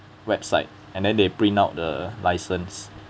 website and then they print out the license